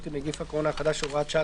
עם נגיף הקורונה החדש (הוראת שעה),